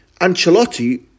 Ancelotti